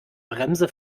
bremse